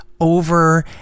over